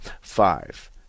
Five